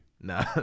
Nah